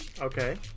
Okay